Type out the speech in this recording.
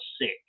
sick